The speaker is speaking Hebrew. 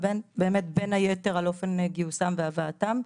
ובאמת בין היתר על אופן גיוסם והבאתם.